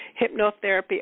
Hypnotherapy